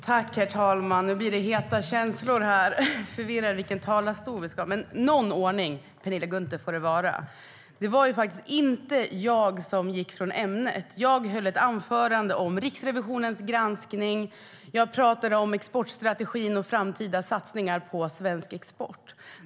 Herr ålderspresident! Någon ordning får det vara, Penilla Gunther. Jag gick inte ifrån ämnet. Jag höll ett anförande om Riksrevisionens granskning. Jag talade om exportstrategin och framtida satsningar på svensk export.